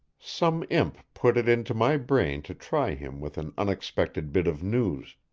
some imp put it into my brain to try him with an unexpected bit of news.